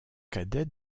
cadet